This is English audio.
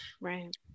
Right